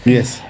Yes